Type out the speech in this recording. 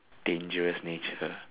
dangerous nature